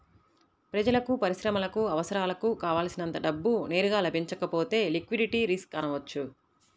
ప్రజలకు, పరిశ్రమలకు అవసరాలకు కావల్సినంత డబ్బు నేరుగా లభించకపోతే లిక్విడిటీ రిస్క్ అనవచ్చు